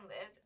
Liz